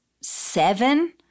seven